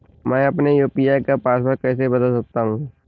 मैं अपने यू.पी.आई का पासवर्ड कैसे बदल सकता हूँ?